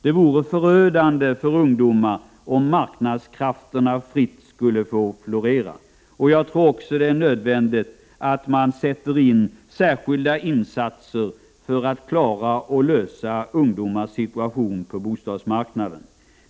Det vore förödande för ungdomar om marknadskrafterna fritt skulle få florera. Jag tror också att det är nödvändigt att man gör särskilda insatser för att klara ungdomars situation på bostadsmarknaden.